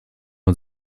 man